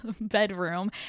bedroom